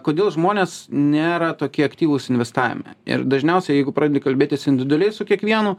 kodėl žmonės nėra tokie aktyvūs investavime ir dažniausiai jeigu pradedi kalbėtis individualiai su kiekvienu